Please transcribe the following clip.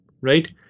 Right